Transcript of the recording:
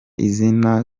izina